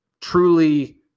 truly